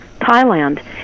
thailand